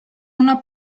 una